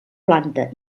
planta